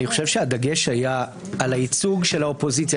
שהדגש היה על הייצוג של האופוזיציה.